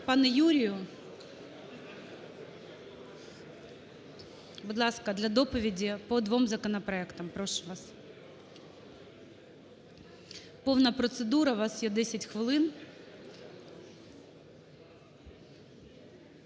Пане Юрію, будь ласка, для доповіді по двом законопроектам. Прошу вас. Повна процедура, у вас є 10 хвилин.